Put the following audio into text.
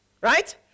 Right